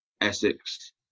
Essex